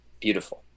Beautiful